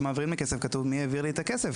כשמעבירים לי כסף כתוב מי העביר לי את הכסף.